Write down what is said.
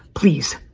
please,